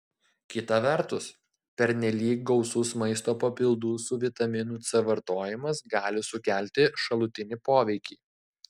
kita vertus pernelyg gausus maisto papildų su vitaminu c vartojimas gali sukelti šalutinį poveikį